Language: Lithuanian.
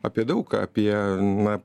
apie daug ką apie na